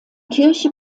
kirche